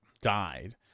died